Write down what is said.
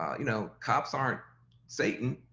you know, cops aren't satan,